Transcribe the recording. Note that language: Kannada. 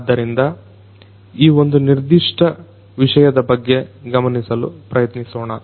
ಆದ್ದರಿಂದ ಈ ಒಂದು ನಿರ್ದಿಷ್ಟ ವಿಷಯದ ಬಗ್ಗೆ ಗಮನಿಸಲು ಪ್ರಯತ್ನಿಸೋಣ